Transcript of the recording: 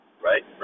Right